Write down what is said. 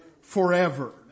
forever